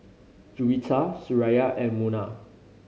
Juwita Suraya and Munah